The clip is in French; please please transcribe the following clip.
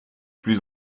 plus